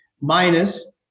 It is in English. minus